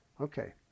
Okay